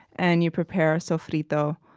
and you prepare sofrito.